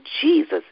Jesus